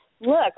Look